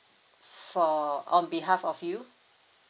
for on behalf of you